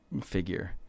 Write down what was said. figure